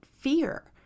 fear